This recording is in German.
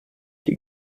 die